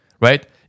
right